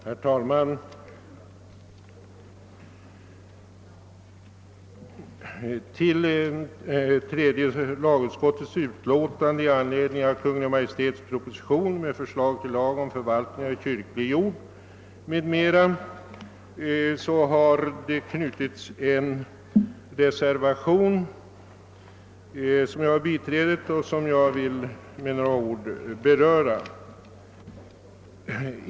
Herr talman! Till tredje lagutskottets utlåtande i anledning av Kungl. Maj:ts proposition med förslag till lag om förvaltning av kyrklig jord har avgivits en reservation som jag biträder och som jag med några ord vill beröra.